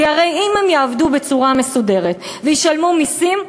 כי הרי אם הם יעבדו בצורה מסודרת וישלמו מסים,